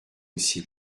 aussi